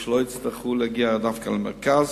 כדי שלא יצטרכו להגיע דווקא למרכז,